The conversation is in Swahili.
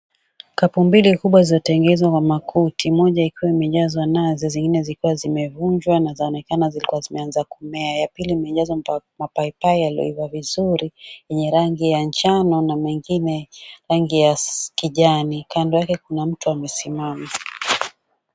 Kapu mbili kubwa zatengenezwa kwa makuti moja ikiwa imejazwa nazi zingine zikiwa zimevunjwa na zaoneka zikiwa zimeanza kumea. Ya pili imejazwa mapaipai yaliyoiva vizuri yenye rangi ya njano na mengine rangi ya kijani. Kando yake kuna mtu amesimama.